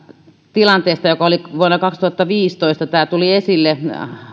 tilanteesta joka oli vuonna kaksituhattaviisitoista tämä tuli esille